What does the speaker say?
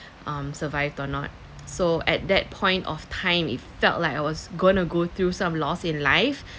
um survived or not so at that point of time it felt like I was gonna go through some loss in life